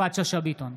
יפעת שאשא ביטון,